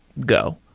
go.